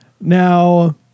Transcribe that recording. Now